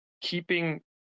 keeping